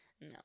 no